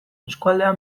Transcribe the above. eskualdea